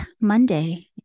Monday